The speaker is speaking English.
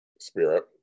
Spirit